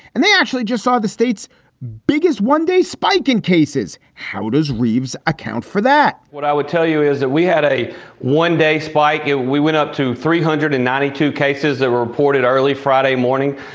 and they actually just saw the state's biggest one day spike in cases. how does reeves account for that? what i would tell you is that we had a one day spike and we went up to three hundred and ninety two cases that were reported early friday morning.